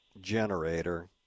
generator